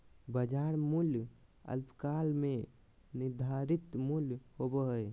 बाजार मूल्य अल्पकाल में निर्धारित मूल्य होबो हइ